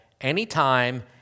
anytime